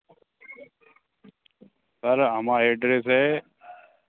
sir हमारा address है